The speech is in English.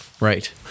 Right